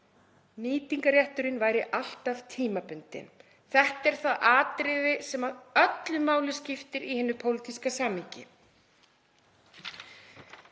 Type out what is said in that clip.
Nýtingarrétturinn væri alltaf tímabundinn. Þetta er það atriði sem öllu máli skiptir í hinu pólitíska samhengi.